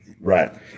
Right